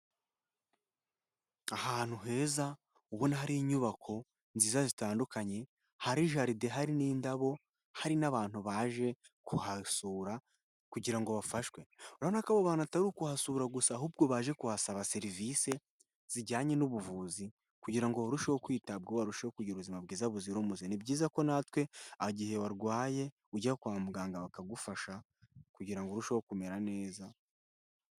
Ahantu heza ubona hari inyubako nziza zitandukanye hari jaride hari n'indabo, hari n'abantu baje kuhasura kugira ngo bafashwe, urabonaka abo bantu atari kuhasura gusa ahubwo baje kuhasaba serivisi zijyanye n'ubuvuzi kugira ngo barusheho kwitabwaho barusheho kugira ubuzima bwiza buzira umuze. Ni byiza ko natwe igihe warwaye ujya kwa muganga bakagufasha kugira ngo urusheho kumera neza.